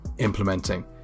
implementing